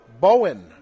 Bowen